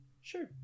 Sure